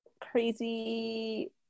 crazy